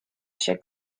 się